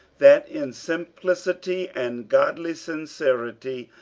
that in simplicity and godly sincerity,